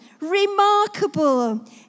remarkable